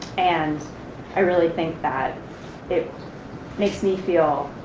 and i really think that it makes me feel